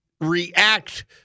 react